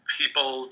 people